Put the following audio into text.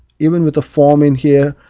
even with a form in here,